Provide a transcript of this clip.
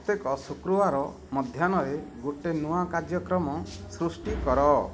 ପ୍ରତ୍ୟେକ ଶୁକ୍ରବାର ମଧ୍ୟାହ୍ନରେ ଗୋଟେ ନୂଆ କାର୍ଯ୍ୟକ୍ରମ ସୃଷ୍ଟି କର